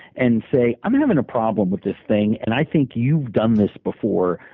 and say, i'm having a problem with this thing, and i think you've done this before.